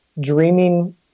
dreaming